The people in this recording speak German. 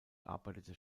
arbeitete